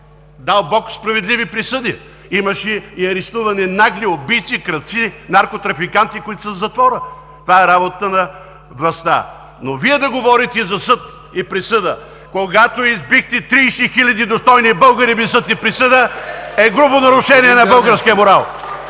дълбоко справедливи присъди. Имаше арестувани и нагли убийци, крадци, наркотрафиканти, които са в затвора. Това е работа на властта. Но Вие да говорите за съд и присъда, когато избихте 30 хил. достойни българи без съд и присъда е грубо нарушение на българския морал.